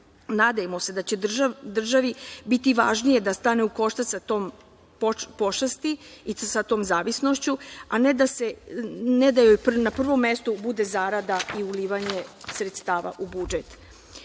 Nadajmo se da će državi biti važnije da stane u koštac sa tom pošasti i sa tom zavisnošću, a ne da joj na prvom mestu bude zarada i ulivanje sredstava u budžet. Da